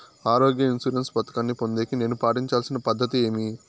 ఆరోగ్య ఇన్సూరెన్సు పథకాన్ని పొందేకి నేను పాటించాల్సిన పద్ధతి ఏమి?